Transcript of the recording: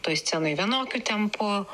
toj scenoj vienokiu tempu